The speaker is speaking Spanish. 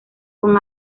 con